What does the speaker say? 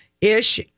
ish